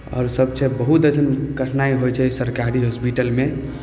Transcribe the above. आओर सब छै बहुत अइसन कठिनाइ होइ छै सरकारी हॉस्पिटलमे